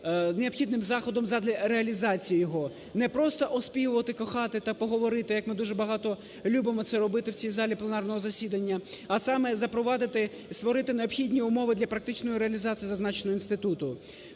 необхідним заходом задля реалізації його. Не просто оспівувати, кохати та поговорити, як ми дуже багато любимо це робити в цій залі пленарного засідання, а саме запровадити і створити необхідні умови для практичної реалізації зазначеного інституту.